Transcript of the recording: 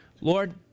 Lord